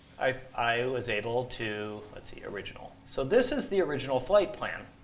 i i was able to let's see, original. so this is the original flight plan.